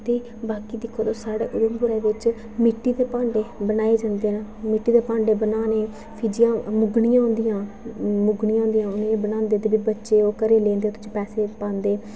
ते बाकी तुस दिक्खो तां साढ़े उधमपुर बिच्च मिट्टी दे भांडे बनाए जंदे न मिट्टी दे भांडे बनाने फ्ही जि'यां मुघनियां होंदियां मुघनियां होंदियां उ'नेंगी बनांदे ते बच्चे ओह् घरै ई लेई जंदे ते पैसे पांदे ते ओह्